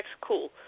cool